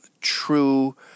true